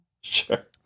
Sure